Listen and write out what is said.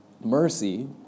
Mercy